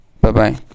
Bye-bye